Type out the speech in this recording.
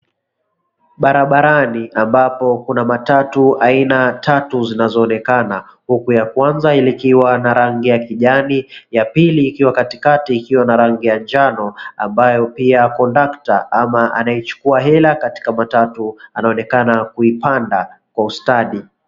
Barabarani ambapo kuna matatu aina tatu zinazoonekana huku ya kwanza likiwa na rangi ya kijani, ya pili ikiwa katikati ikiwa na rangi ya njano ambayo pia conductor ama anayechukua hela Katika matatu anaonekana kuipanda Kwa ustadi.